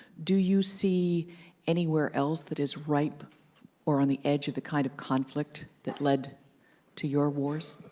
do you see anywhere else that is ripe or on the edge of the kind of conflict that led to your wars?